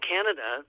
Canada